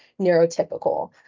neurotypical